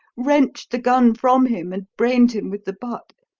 wrenched the gun from him, and brained him with the butt.